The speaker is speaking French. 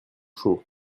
chaud